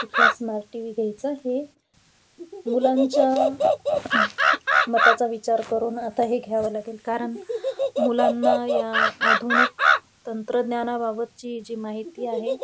कुठला smart T V घ्यायचं आहे मुलांच्या मताचा विचार करून आता हे घ्यावं लागेल कारण मुलांना या आधुनिक तंत्रज्ञानाबाबत ची जी माहिती आहे